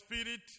Spirit